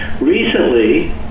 Recently